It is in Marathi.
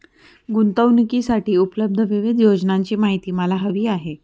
गुंतवणूकीसाठी उपलब्ध विविध योजनांची माहिती मला हवी आहे